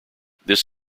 this